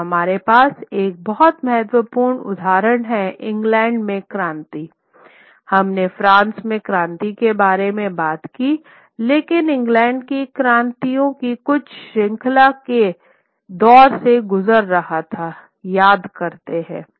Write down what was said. और हमारे पास एक बहुत महत्वपूर्ण उदाहरण है इंग्लैंड में क्रांति हम ने फ्रांस में क्रांति के बारे में बात की लेकिन इंग्लैंड भी क्रांतियों की कुछ श्रृंखला के दौर से गुजर रहा था याद करते हैं